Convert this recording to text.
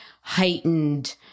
heightened